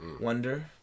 wonder